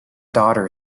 daughter